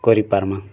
କରି ପାର୍ମା